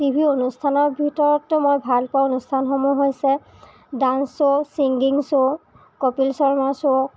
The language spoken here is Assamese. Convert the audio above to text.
টি ভি অনুষ্ঠানৰ ভিতৰত মই ভালপোৱা অনুষ্ঠানসমূহ হৈছে dance show singing show Kapil শৰ্মাৰ শ্ব'